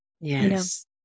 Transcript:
Yes